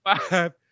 five